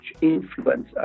influence